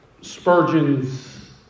Spurgeon's